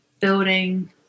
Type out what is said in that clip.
building